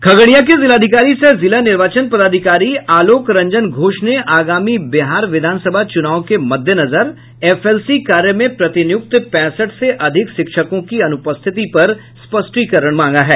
खगड़िया के जिलाधिकारी सह जिला निर्वाचन पदाधिकारी आलोक रंजन घोष ने आगामी बिहार विधान सभा चुनाव के मद्देनजर एफएलसी कार्य में प्रतिनियुक्त पैंसठ से अधिक शिक्षकों की अनुपस्थिति पर स्पष्टीकरण मांगा है